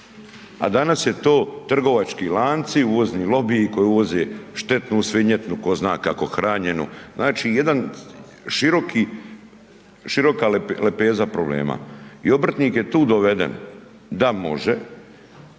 A danas je to trgovački lanci, uvozni lobiji koji uvozi štetnu svinjetinu tko zna kako hranjenu, znači jedan široki, široka lepeza problema. I obrtnik je tu doveden da može